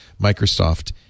Microsoft